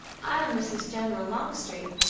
i am mrs. general longstreet,